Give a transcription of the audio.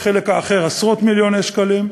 בחלק האחר עשרות-מיליוני שקלים.